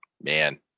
man